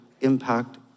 impact